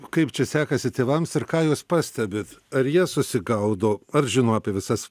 kaip čia sekasi tėvams ir ką jūs pastebit ar jie susigaudo ar žino apie visas